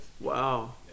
Wow